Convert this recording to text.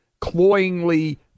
cloyingly